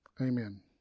amen